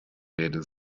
rede